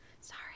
Sorry